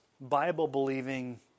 Bible-believing